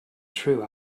true